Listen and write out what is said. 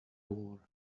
war